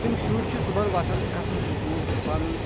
تِم شُرۍ چھِ صُبحن وۄتھان گژھان سکوٗل پنُن